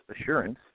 assurance